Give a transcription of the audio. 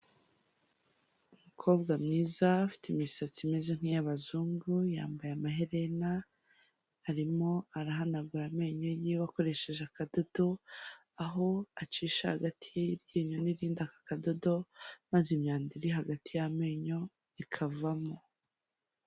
Umukobwa mwiza afite imisatsi imeze nk'iy'abazungu yambaye amaherena, arimo arahanagura amenyo yewe akoresheje akadodo aho acisha hagati y'iryinyo n'irindi aka kadodo maze imyanda iri hagati y'amenyo ikavamo.